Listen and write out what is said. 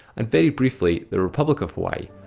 and. very briefly, the republic of hawaii.